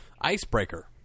Icebreaker